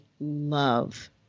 love